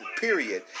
period